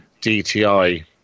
DTI